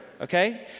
okay